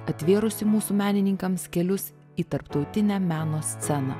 atvėrusi mūsų menininkams kelius į tarptautinę meno sceną